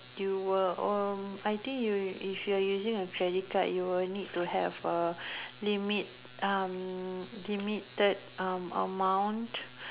you will oh I think you if you're using a credit card you will need to have a limit um limited um amount